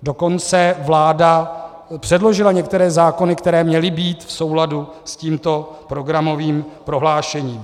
Dokonce vláda předložila některé zákony, které měly být v souladu s tímto programovým prohlášením.